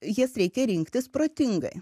jas reikia rinktis protingai